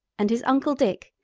and his uncle dick,